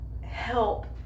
help